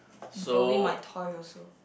and probably my toy also